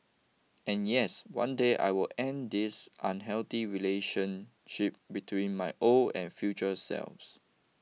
and yes one day I will end this unhealthy relationship between my old and future selves